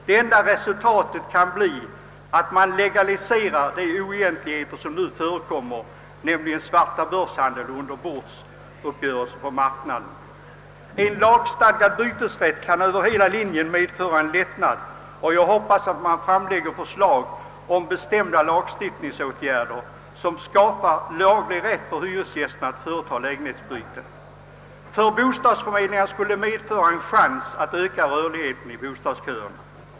Det enda resultatet kan bli att man legaliserar de oegentligheter som nu förekommer, nämligen svartabörshandel och underbordsuppgörelser på marknaden. En lagstadgad bytesrätt skulle över hela linjen medföra en lättnad, och jag hoppas att det skall framläggas förslag om bestämda lagstiftningsåtgärder, som skapar en laglig rätt för hyresgästerna att företa lägenhetsbyten. För bostadsförmedlingarna skulle detta medföra en chans att öka rörligheten i bostadsköerna.